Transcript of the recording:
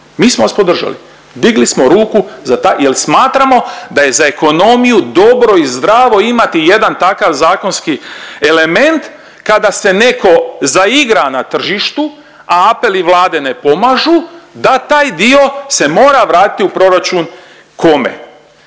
mi smo vas podržali, digli smo ruku za ta…, jel smatramo da je za ekonomiju dobro i zdravo imati jedan takav zakonski element kada se neko zaigra na tržištu, a apeli Vlade ne pomažu, da taj dio se mora vratiti u proračun, kome.